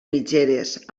mitgeres